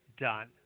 done